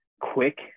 quick –